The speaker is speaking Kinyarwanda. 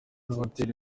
hoteli